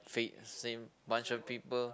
face same bunch of people